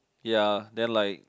ya then like